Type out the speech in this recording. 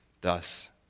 Thus